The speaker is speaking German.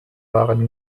waren